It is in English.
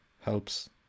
helps